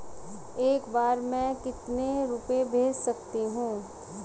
एक बार में मैं कितने रुपये भेज सकती हूँ?